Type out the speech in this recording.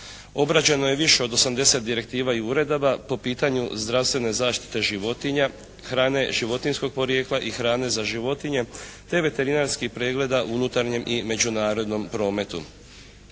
Obrađeno je više od 80 direktiva i uredaba po pitanju zdravstvene zaštite životinja, hrane životinjskog porijekla i hrane za životinje te veterinarskih pregleda u unutarnjem i međunarodnom prometu.